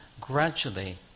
gradually